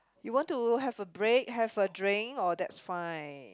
you want to have to have a break have a drink or that's fine